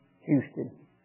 Houston